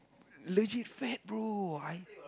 legit fat bro I